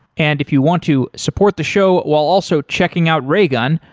and if you want to support the show while also checking out raygun,